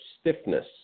stiffness